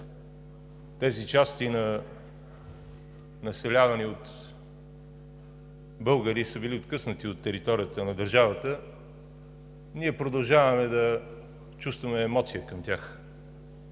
тези части, населявани от българи, са били откъснати от територията на държавата, ние продължаваме да чувстваме емоция към тях.